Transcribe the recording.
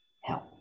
help